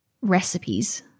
recipes